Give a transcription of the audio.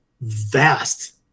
vast